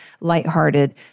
lighthearted